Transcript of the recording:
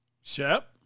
Shep